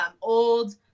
old